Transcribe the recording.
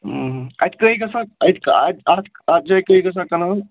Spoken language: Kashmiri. اَتہِ کٔہۍ گژھان اَتہِ اَتہِ اَتھ اَتھ جایہِ کٔہۍ گژھان کَنال